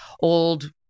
old